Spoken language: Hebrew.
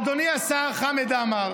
אדוני השר חמד עמאר,